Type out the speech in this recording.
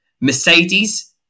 Mercedes